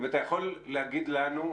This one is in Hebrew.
אם אתה יכול להגיד לנו,